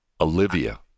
Olivia